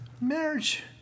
Marriage